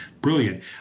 brilliant